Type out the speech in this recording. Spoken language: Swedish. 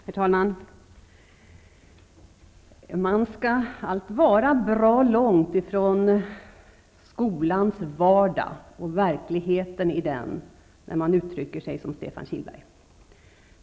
Herr talman! Man skall allt vara bra långt ifrån skolans vardag och verklighet när man uttrycker sig som Stefan Kihlberg.